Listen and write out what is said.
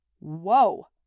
whoa